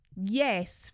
Yes